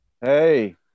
Hey